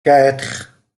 quatre